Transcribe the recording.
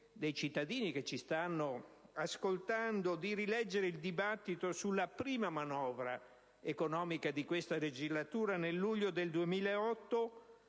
i cittadini che ci stanno ascoltando) di rileggere il dibattito sulla prima manovra economica di questa legislatura, nel luglio 2008,